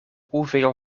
hoeveel